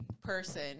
person